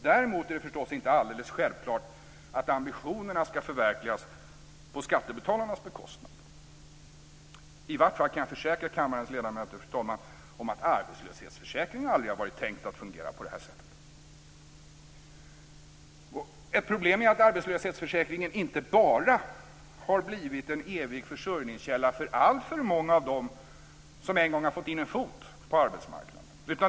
Däremot är det förstås inte alldeles självklart att ambitionerna ska förverkligas på skattebetalarnas bekostnad. I vart fall kan jag försäkra kammarens ledamöter, fru talman, om att arbetslöshetsförsäkringen aldrig har varit tänkt att fungera på detta sätt. Ett problem är att arbetslöshetsförsäkringen inte bara har blivit en evig försörjningskälla för alltför många av dem som en gång har fått in en fot på arbetsmarknaden.